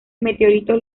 meteoritos